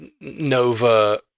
Nova